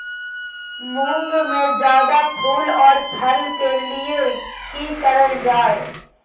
मुंग में जायदा फूल और फल के लिए की करल जाय?